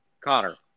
Connor